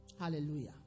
Hallelujah